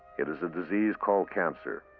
it is a disease called cancer.